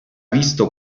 visto